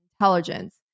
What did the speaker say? intelligence